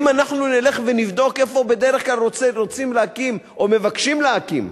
ואם אנחנו נלך ונבדוק איפה בדרך כלל מבקשים להקים